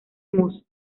mus